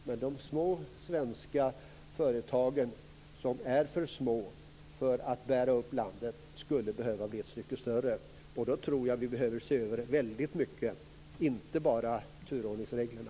Men de små svenska företagen, som är för små för att bära upp landet, skulle behöva bli ett stycke större. Då tror jag att vi behöver se över väldigt mycket - inte bara turordningsreglerna.